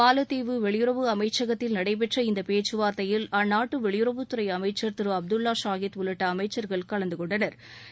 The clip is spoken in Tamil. மாலத்தீவு வெளியுறவு அமைச்சகத்தில் நடைபெற்ற இந்த பேச்சுவார்த்தையில் அந்நாட்டு வெளியுறவுத் துறை அமைச்சா் திரு அப்துல்வா ஷாகித் உள்ளிட்ட அமைச்சா்கள் கலந்துகொண்டனா்